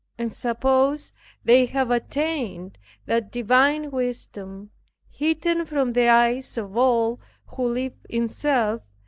and suppose they have attained that divine wisdom hidden from the eyes of all who live in self,